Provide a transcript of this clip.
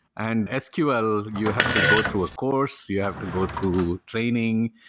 and ah sql ah you have to go through a course, you have to go through training,